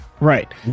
Right